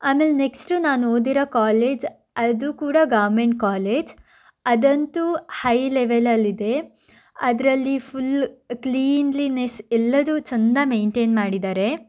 ಆಮೇಲೆ ನೆಕ್ಸ್ಟು ನಾನು ಓದಿರೋ ಕಾಲೇಜ್ ಅದು ಕೂಡ ಗವರ್ನ್ಮೆಂಟ್ ಕಾಲೇಜ್ ಅದಂತೂ ಹೈ ಲೆವೆಲಲ್ಲಿದೆ ಅದರಲ್ಲಿ ಫುಲ್ ಕ್ಲೀನ್ಲಿನೆಸ್ ಎಲ್ಲವೂ ಚಂದ ಮೇಂಟೇನ್ ಮಾಡಿದ್ದಾರೆ